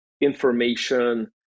information